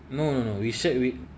no no we said